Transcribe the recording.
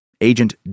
Agent